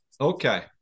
Okay